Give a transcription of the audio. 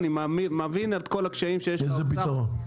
איזה פתרון?